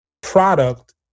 product